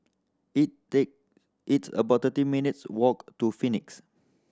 it take it's about thirty minutes walk to Phoenix